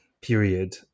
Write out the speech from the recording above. period